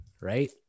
right